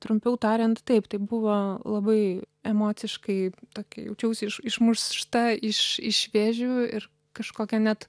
trumpiau tariant taip tai buvo labai emociškai tokia jaučiausi išmušta iš iš vėžių ir kažkokia net